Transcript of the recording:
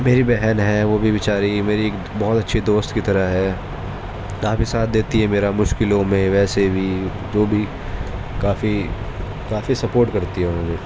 میری بہن ہے وہ بھی بیچاری میری ایک بہت اچھی دوست کی طرح ہے کافی ساتھ دیتی ہے میرا مشکلوں میں ویسے بھی جو بھی کافی کافی سپوٹ کرتی ہے مجھے